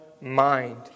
mind